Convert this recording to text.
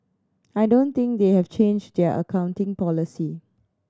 I don't think they have changed their accounting policy